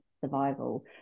survival